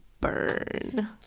burn